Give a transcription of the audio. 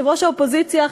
יושב-ראש האופוזיציה,